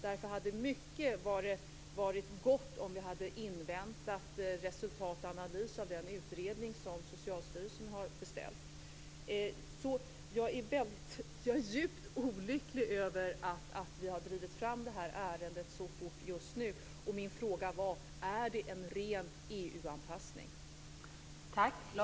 Därför hade det varit gott om vi hade inväntat resultat och analys av den utredning som Socialstyrelsen har beställt. Jag är djupt olycklig över att vi har drivit fram det här ärendet så fort just nu, och min fråga var: Är det en ren EU-anpassning?